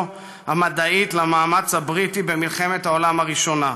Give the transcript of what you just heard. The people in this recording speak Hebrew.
המדעית למאמץ הבריטי במלחמת העולם הראשונה.